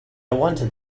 wanted